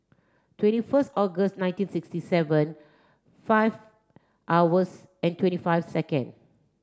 twenty first August nineteen sixty seven five hours and twenty five second